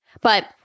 But-